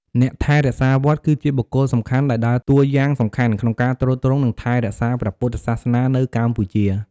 អ្នកថែរក្សាវត្ត គឺជាបុគ្គលសំខាន់ដែលដើរតួយ៉ាងសំខាន់ ក្នុងការទ្រទ្រង់ និងថែរក្សាព្រះពុទ្ធសាសនានៅកម្ពុជា។